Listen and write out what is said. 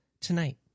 tonight